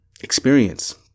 experience